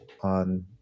on